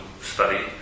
study